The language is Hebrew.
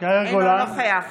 אינו נוכח